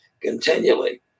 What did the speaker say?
continually